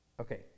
Okay